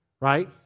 right